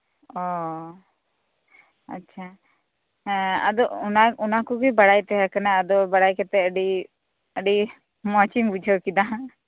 ᱚ ᱟᱪᱷᱟ ᱦᱮᱸ ᱟᱫᱚ ᱚᱱᱟᱠᱩᱜᱤ ᱵᱟᱲᱟᱭ ᱛᱟᱦᱮᱸ ᱠᱟᱱᱟ ᱟᱫᱚ ᱵᱟᱲᱟᱭ ᱠᱟᱛᱮᱜ ᱟᱹᱰᱤ ᱟᱹᱰᱤ ᱢᱚᱪᱤᱧ ᱵᱩᱡᱷᱟᱹᱣᱠᱮᱫᱟ